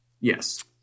Yes